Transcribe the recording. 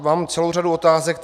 Mám celou řadu otázek.